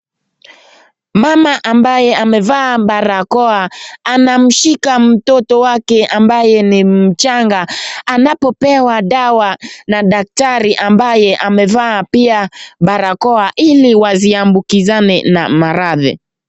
Mama ambaye amevaa barakoa ameshika mtoto wake ambaye ni mjanga anapopewa dawa na daktari ambaye amevaa pia barakoa ili wasiambukizane na maradi.